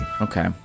Okay